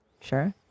Sure